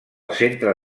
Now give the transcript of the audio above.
centre